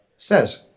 says